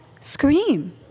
scream